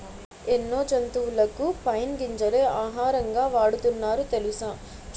ఎన్నో జంతువులకు పైన్ గింజలే ఆహారంగా వాడుతున్నారు తెలుసా?